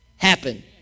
happen